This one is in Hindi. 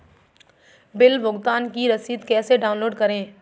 बिल भुगतान की रसीद कैसे डाउनलोड करें?